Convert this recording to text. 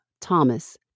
Thomas